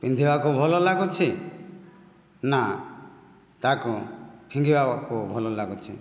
ପିନ୍ଧିବାକୁ ଭଲ ଲାଗୁଛି ନା ତାକୁ ଫିଙ୍ଗିବାକୁ ଭଲ ଲାଗୁଛି